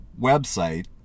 website